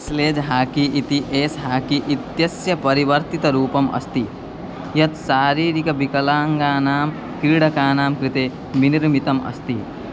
sledge hockey इति ice hockey इत्यस्य परिवर्तितरूपम् अस्ति यत् शारीरिकं विकलाङ्गानां क्रीडकानां कृते विनिर्मितम् अस्ति